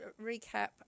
recap